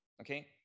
okay